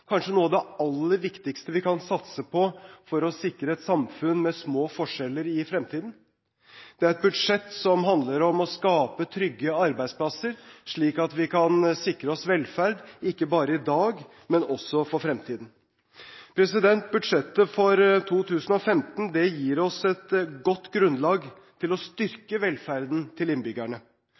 kanskje noe av det aller viktigste vi kan satse på for å sikre et samfunn med små forskjeller i fremtiden. Det er et budsjett som handler om å skape trygge arbeidsplasser, slik at vi kan sikre oss velferd, ikke bare i dag, men også for fremtiden. Budsjettet for 2015 gir oss et godt grunnlag til å styrke velferden til innbyggerne.